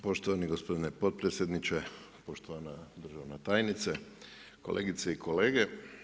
Poštovani gospodine potpredsjedniče, poštovana državna tajnice, kolegice i kolege.